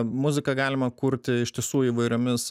muziką galima kurti iš tiesų įvairiomis